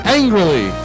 angrily